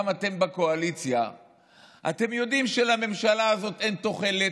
וגם אתם בקואליציה יודעים שלממשלה הזאת אין תוחלת.